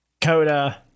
Coda